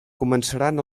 començaran